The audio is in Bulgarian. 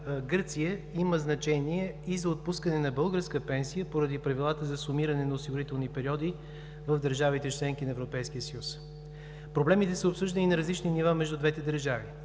Гърция има значение и за отпускане на българска пенсия поради правилата за сумиране на осигурителни периоди в държавите – членки на Европейския съюз. Проблемите са обсъждани на различни нива между двете държави